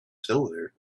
cylinder